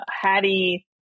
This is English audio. hattie